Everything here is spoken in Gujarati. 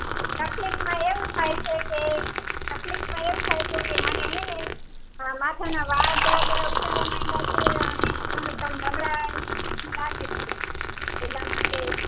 તકલીફમાં એવું થાય છે કે તકલીફમાં એવું થાય છે કે મને હેને માથાના વાળ ઉતરવા માંડ્યા છે અને ઘરકામ નબળાઈ લાગે છે એ એટલા માટે